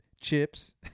chips